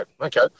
Okay